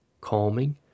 calming